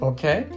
Okay